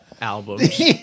albums